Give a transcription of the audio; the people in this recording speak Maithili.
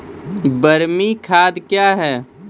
बरमी खाद कया हैं?